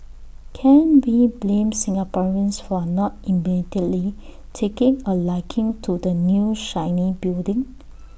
can we blame Singaporeans for not immediately taking A liking to the new shiny building